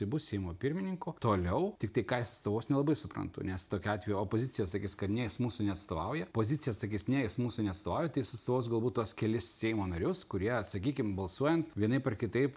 tai bus seimo pirmininku toliau tiktai ką jis atstovaus nelabai suprantu nes tokiu atveju opozicija sakis kad ne jis mūsų neatstovauja pozicija sakis ne jis mūsų neatstovauja tai jis atstovaus galbūt tuos kelis seimo narius kurie sakykim balsuojant vienaip ar kitaip